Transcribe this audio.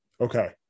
Okay